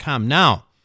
Now